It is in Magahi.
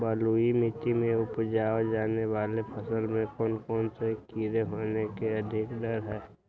बलुई मिट्टी में उपजाय जाने वाली फसल में कौन कौन से कीड़े होने के अधिक डर हैं?